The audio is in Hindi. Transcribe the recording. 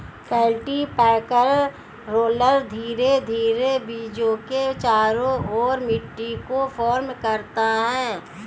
कल्टीपैकेर रोलर धीरे धीरे बीजों के चारों ओर मिट्टी को फर्म करता है